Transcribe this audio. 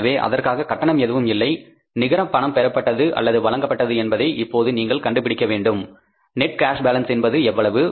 எனவே அதற்கான கட்டணம் எதுவும் இல்லை நிகர பணம் பெறப்பட்டது வழங்கப்பட்டது என்பதை இப்போது நீங்கள் கண்டுபிடிக்க வேண்டும் நெட் கேஷ் பாலன்ஸ் என்பது எவ்வளவு